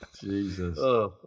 Jesus